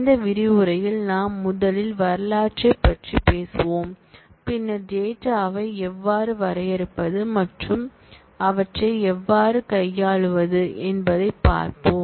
இந்த விரிவுரையில் நாம் முதலில் வரலாற்றைப் பற்றி பேசுவோம் பின்னர் டேட்டா எவ்வாறு வரையறுப்பது மற்றும் அவற்றைக் கையாளத் தொடங்குவது எப்படி என்று பார்ப்போம்